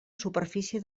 superfície